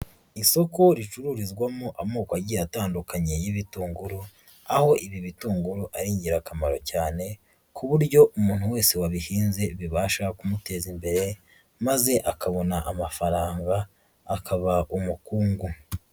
Isoko ricururizwamo amoko agiye atandukanye y'ibitunguru, aho ibi bitunguru ari ingirakamaro cyane ku buryo umuntu wese wabihinze bibasha kumuteza imbere, maze akabona amafaranga akaba umukungu.